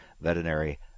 Veterinary